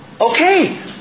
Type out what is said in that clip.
Okay